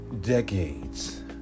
decades